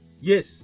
yes